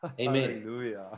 Amen